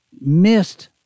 missed